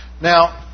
Now